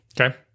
Okay